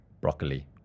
broccoli